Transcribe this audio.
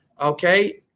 Okay